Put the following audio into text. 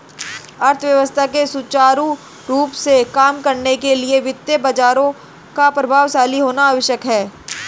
अर्थव्यवस्था के सुचारू रूप से काम करने के लिए वित्तीय बाजारों का प्रभावशाली होना आवश्यक है